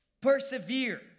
persevere